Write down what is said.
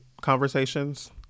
conversations